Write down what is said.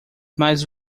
mais